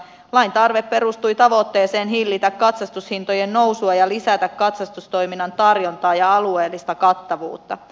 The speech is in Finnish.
lain tarve perustui tavoitteeseen hillitä katsastushintojen nousua ja lisätä katsastustoiminnan tarjontaa ja alueellista kattavuutta